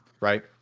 right